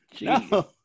No